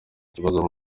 ikibazo